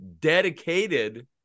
dedicated